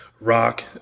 rock